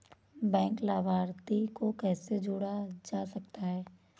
Bank लाभार्थी को कैसे जोड़ा जा सकता है?